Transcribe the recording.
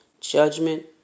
Judgment